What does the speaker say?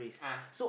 ah